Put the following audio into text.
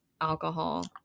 alcohol